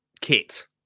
kit